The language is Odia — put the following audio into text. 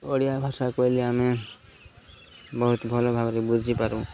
ଓଡ଼ିଆ ଭାଷା କହିଲେ ଆମେ ବହୁତ ଭଲ ଭାବରେ ବୁଝିପାରୁ